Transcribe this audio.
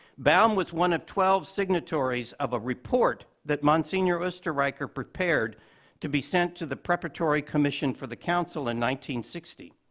baum was one of twelve signatories of a report that monsignor oesterreicher prepared to be sent to the preparatory commission for the council in one sixty.